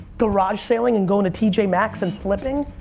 garage saling and going to to tj maxx and flipping,